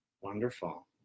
Wonderful